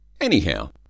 Anyhow